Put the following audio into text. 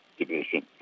division